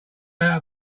out